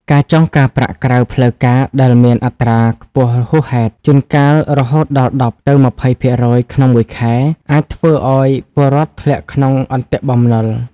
ការចងការប្រាក់ក្រៅផ្លូវការដែលមានអត្រាខ្ពស់ហួសហេតុ (ជួនកាលរហូតដល់ ១០-២០% ក្នុងមួយខែ) អាចធ្វើឱ្យពលរដ្ឋធ្លាក់ក្នុង "អន្ទាក់បំណុល"។